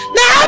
Now